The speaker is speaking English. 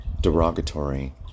derogatory